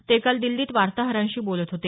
ते काल दिछीत वार्ताहरांशी बोलत होते